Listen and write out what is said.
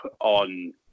on